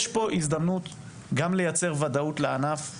יש פה הזדמנות גם לייצר ודאות לענף,